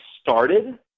started